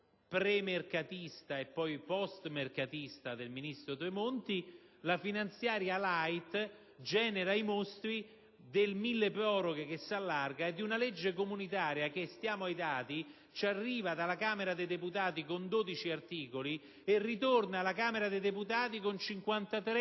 pre-mercatista, e poi post-mercatista, del ministro Tremonti, la finanziaria *light* genera i mostri del milleproroghe che si allarga e di una legge comunitaria che - stiamo ai dati - ci arriva dalla Camera dei deputati con 12 articoli e ritorna alla Camera dei deputati con 53 articoli.